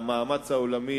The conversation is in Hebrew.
למאמץ העולמי